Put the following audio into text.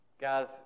Guys